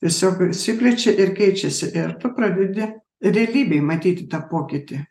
tiesiog išsiplečia ir keičiasi ir tu pradedi realybėj matyti tą pokytį